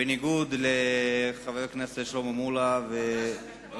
בניגוד לחברי הכנסת שלמה מולה, ועדה שתקבור את זה.